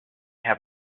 have